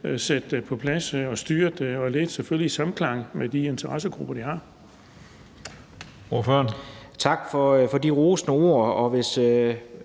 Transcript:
sat på plads – selvfølgelig i samklang med de interessegrupper, der er.